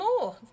more